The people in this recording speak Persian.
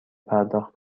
پرداخت